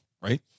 right